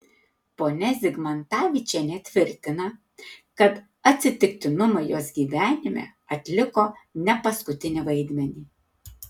ponia zigmantavičienė tvirtina kad atsitiktinumai jos gyvenime atliko ne paskutinį vaidmenį